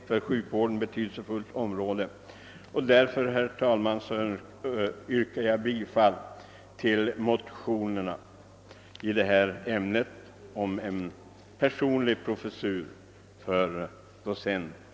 Därför yrkar jag, herr talman, bifall till motionerna i detta ämne om en personlig professur för docent Bellman. B. ge till känna bl.a. att eftervården borde stärkas t.ex. genom inrättande av fler behandlingshem för eftervård,